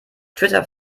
twitter